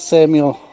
Samuel